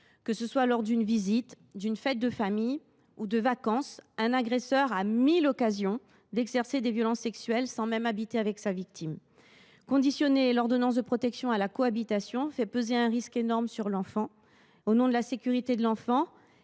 Que ce soit à l’occasion d’une visite, d’une fête de famille ou de vacances, un agresseur a mille occasions d’exercer des violences sexuelles sans même habiter avec sa victime. Conditionner l’ordonnance de protection à la cohabitation serait donc très dangereux pour l’enfant. Au nom de la sécurité du mineur